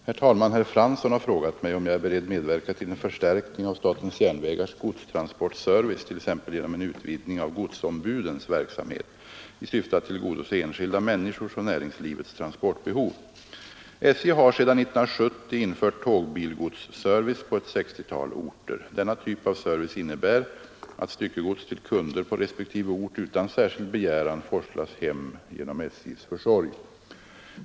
Herr talman! Herr Fransson har frågat mig om jag är beredd medverka till en förstärkning av SJ:s godstransportservice, t.ex. genom en utvidgning av godsombudens verksamhet, i syfte att tillgodose enskilda människors och näringslivets transportbehov. SJ har sedan 1970 infört tågbilgodsservice på ett sextiotal orter. Denna typ av service innebär att styckegods till kunder på respektive ort utan särskild begäran forslas hem genom SJ:s försorg.